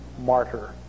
martyr